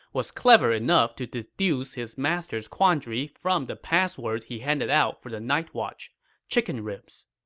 was clever enough to deduce his master's quandary from the password he handed out for the night watch chicken ribs.